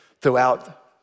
throughout